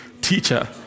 Teacher